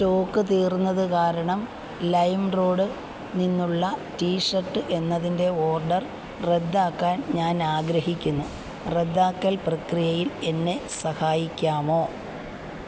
stock തീർന്നത് കാരണം ലൈമ്റോഡ് നിന്നുള്ള ടിഷർട്ട് എന്നതിൻ്റെ ഓർഡർ റദ്ദാക്കാൻ ഞാൻ ആഗ്രഹിക്കുന്നു റദ്ദാക്കൽ പ്രക്രിയയിൽ എന്നെ സഹായിക്കാമോ